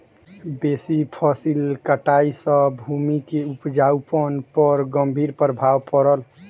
बेसी फसिल कटाई सॅ भूमि के उपजाऊपन पर गंभीर प्रभाव पड़ल